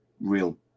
real